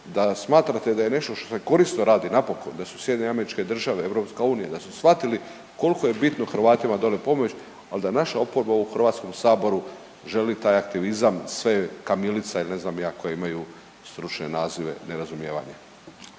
da smatrate da je nešto što se korisno radi napokon, da se SAD, EU da su shvatili koliko je bitno Hrvatima dolje pomoći ali da naša oporba u Hrvatskom saboru želi taj aktivizam sve je kamilica ili ne znam ni ja koje imaju stručne nazive nerazumijevanja.